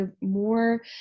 more